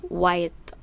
white